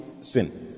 sin